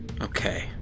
Okay